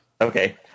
Okay